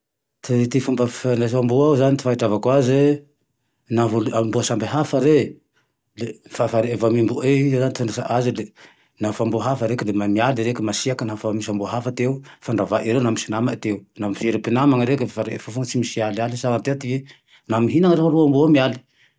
Ty fomba fifandraisa amboao zane fahitavako aze, naho i amboa sambe hafa re le vava re mifamemboky zane fifandraisae aze le naho fa amboa hafa reke le mahay mialy reke le masiaky naho fa misy amboa hafa ty eo, ifandravanereo lafa naho nama ty eo. Naho firy mpinamagne reke mifandregny fofony tsy misy mialialy, sa avy teo ty laha mihina reo amboa io mialy